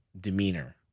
demeanor